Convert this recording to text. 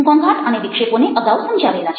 ઘોંઘાટ અને વિક્ષેપોને અગાઉ સમજાવેલા છે